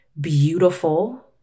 beautiful